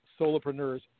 solopreneurs